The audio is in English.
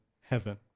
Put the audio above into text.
heaven